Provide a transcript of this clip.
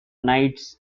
knights